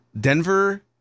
Denver